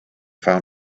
found